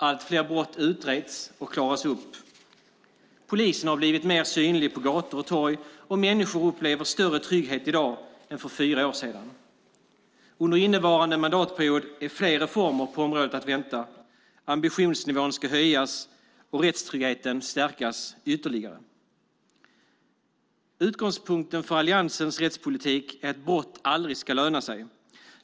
Allt fler brott utreds och klaras upp. Polisen har blivit mer synlig på gator och torg och människor upplever större trygghet i dag än för fyra år sedan. Under innevarande mandatperiod är fler reformer på området att vänta. Ambitionsnivån ska höjas och rättstryggheten stärkas ytterligare. Utgångspunkten för Alliansens rättspolitik är att brott aldrig ska löna sig.